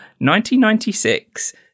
1996